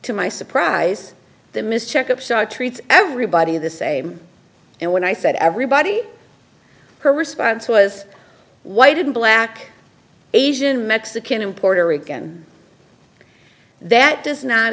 to my surprise the miss checkups are treats everybody the same and when i said everybody her response was white and black asian mexican and puerto rican that does not